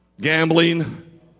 Gambling